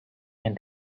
and